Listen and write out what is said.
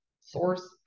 source